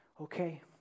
okay